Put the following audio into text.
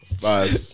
bye